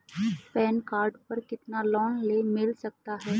Pan card पर कितना loan मिल सकता है?